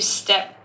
step